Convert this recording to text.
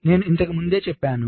నేను ఇంతకు ముందే చెప్పాను